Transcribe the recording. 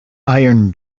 iron